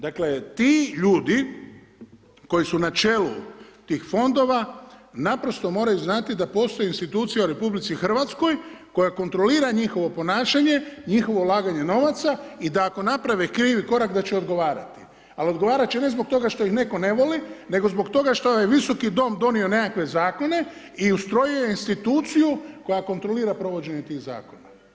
Dakle, ti ljudi koji su na čelu tih fondova, naprosto moraju znati da postoji institucija u Republici Hrvatskoj koja kontrolira njihovo ponašanje, njihovo ulaganje novaca i da ako naprave krivi korak da će odgovarati, ali odgovarati će ne zbog toga što ih netko ne voli nego zbog toga što je ovaj Visoki dom donio neke zakone i ustrojio instituciju koja kontrolira provođenje tih zakona.